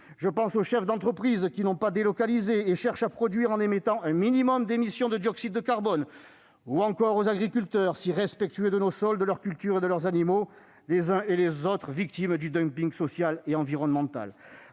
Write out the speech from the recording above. Je pense aux chefs d'entreprise qui n'ont pas délocalisé et cherchent à produire en émettant un minimum de dioxyde de carbone, ou encore aux agriculteurs, si respectueux de nos sols, de leurs cultures et de leurs animaux : les uns et les autres sont victimes du dumping social et environnemental.